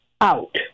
out